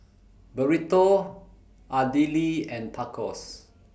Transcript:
Burrito Idili and Tacos